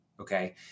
okay